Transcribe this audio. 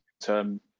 term